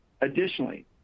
Additionally